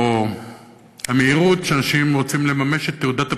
או המהירות שבה אנשים רוצים לממש את תעודת הפטירה,